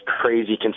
crazy